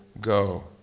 go